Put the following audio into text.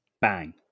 bang